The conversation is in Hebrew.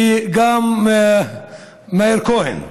וגם מאיר כהן.